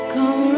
Come